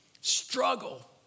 Struggle